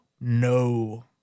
no